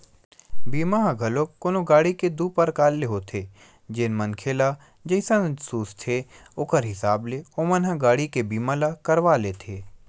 बीमा ह घलोक कोनो गाड़ी के दू परकार ले होथे जेन मनखे ल जइसन सूझथे ओखर हिसाब ले ओमन ह गाड़ी के बीमा ल करवा लेथे